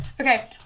Okay